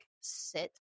sit